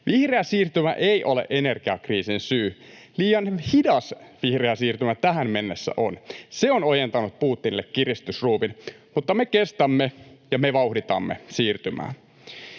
Vihreä siirtymä ei ole energiakriisin syy. Liian hidas vihreä siirtymä tähän mennessä on. Se on ojentanut Putinille kiristysruuvin, mutta me kestämme, ja me vauhditamme siirtymää.